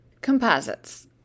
Composites